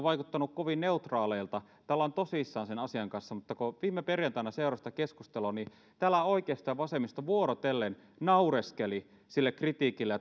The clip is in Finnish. vaikuttaneet kovin neutraaleilta että ollaan tosissaan sen asian kanssa mutta kun viime perjantaina seurasi sitä keskustelua niin täällä oikeisto ja vasemmisto vuorotellen naureskelivat sille kritiikille